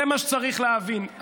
זה מה שצריך להבין.